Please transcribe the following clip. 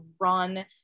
run